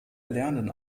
erlernen